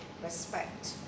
Respect